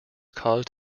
caused